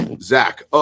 Zach